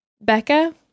becca